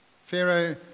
Pharaoh